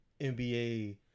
NBA